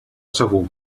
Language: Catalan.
segur